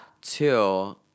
Two